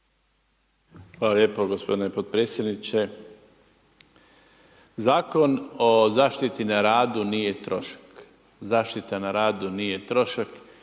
Hvala lijepo gospodine potpredsjedniče. Zakon o zaštiti na radu nije trošak, zaštita na radu nije trošak